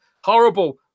horrible